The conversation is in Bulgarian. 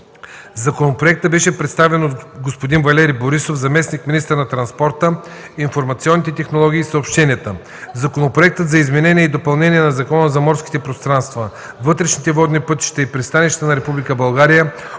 Законопроектът беше представен от господин Валери Борисов – заместник-министър на транспорта, информационните технологии и съобщенията. Законопроектът за изменение и допълнение на Закона за морските пространства, вътрешните водни пътища и пристанищата на